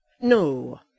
No